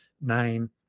nine